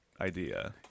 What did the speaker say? idea